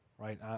Right